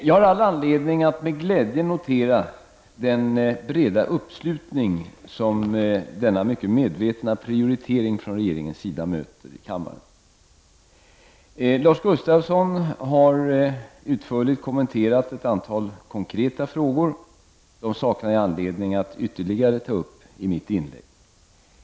Jag har all anledning att med glädje notera den breda uppslutning som denna mycket medvetna prioritering från regeringens sida möter i kammaren. Lars Gustafsson har utförligt kommenterat ett antal konkreta frågor som jag saknar anledning att ytterligare ta upp i mitt inlägg.